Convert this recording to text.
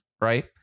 right